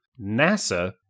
NASA